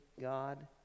God